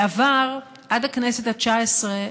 בעבר, עד הכנסת התשע עשרה,